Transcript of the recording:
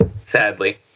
sadly